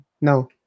no